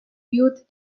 youth